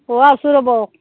অ' আছোঁ ৰ'ব